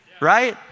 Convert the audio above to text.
right